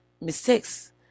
mistakes